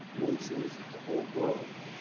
nations, the whole globe.